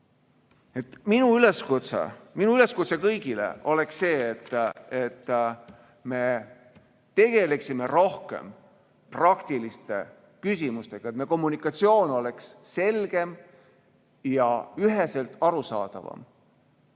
Minu üleskutse kõigile on see, et me tegeleksime rohkem praktiliste küsimustega, et kommunikatsioon oleks selgem ja üheselt arusaadavam.